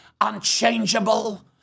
unchangeable